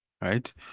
right